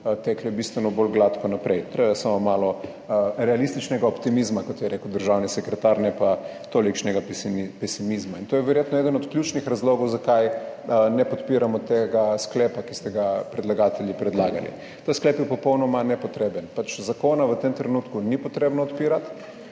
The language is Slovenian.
tekle bistveno bolj gladko naprej. Treba je samo malo realističnega optimizma, kot je rekel državni sekretar, ne pa tolikšnega pesimizma. In to je verjetno eden od ključnih razlogov, zakaj ne podpiramo tega sklepa, ki ste ga predlagatelji predlagali - ta sklep je popolnoma nepotreben. Pač zakona v tem trenutku ni potrebno odpirati,